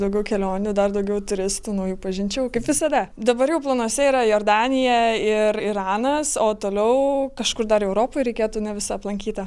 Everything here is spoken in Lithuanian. daugiau kelionių dar daugiau turistų naujų pažinčių kaip visada dabar jau planuose yra jordanija ir iranas o toliau kažkur dar europoj reikėtų ne visa aplankyta